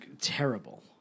terrible